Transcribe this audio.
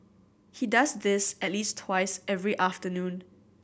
he does this at least twice every afternoon